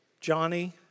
Johnny